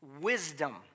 wisdom